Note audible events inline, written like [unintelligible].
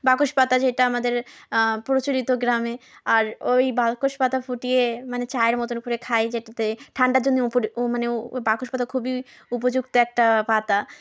বাসক পাতা যেটা আমাদের প্রচলিত গ্রামে আর ঐ বাসক পাতা ফুটিয়ে মানে চায়ের মতন করে খাই যেটাতে ঠান্ডার জন্য উপ [unintelligible] মানে উ [unintelligible] বাসক পাতা খুবই উপযুক্ত একটা পাতা